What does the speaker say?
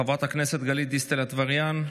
חברת הכנסת גלית דיסטל אטבריאן,